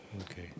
okay